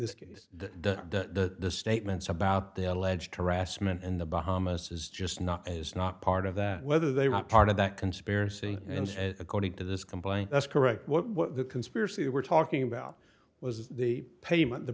case the statements about the alleged harassment in the bahamas is just not as not part of that whether they were part of that conspiracy and according to this complaint that's correct what the conspiracy we're talking about was the payment the